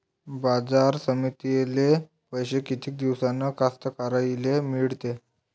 बाजार समितीतले पैशे किती दिवसानं कास्तकाराइले मिळते?